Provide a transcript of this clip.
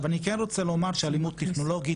זה גם מקשה על הגנה,